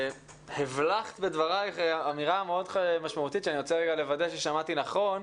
הבלחת בדברייך אמירה מאוד משמעותית שאני רוצה רגע לוודא ששמעתי נכון.